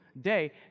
day